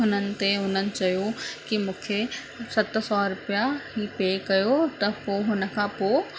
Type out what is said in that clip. हुननि ते हुननि चयो की मूंखे सत सौ रुपिया पे कयो त पोइ हुन खां पोइ